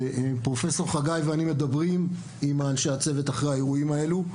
ופרופ' חגי ואני מדברים עם אנשי הצוות אחרי האירועים האלו,